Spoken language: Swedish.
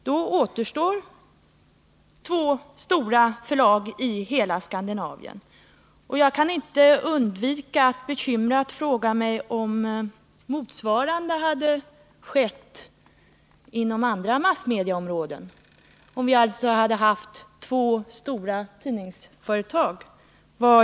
Då återstår två stora förlag i hela Skandinavien. Jag kan inte undgå att bekymrat fråga mig vad Jan-Erik Wikström hade sagt om motsvarande sak hade skett inom andra massmedieområden, om det t.ex. hade gällt två stora tidningsföretag.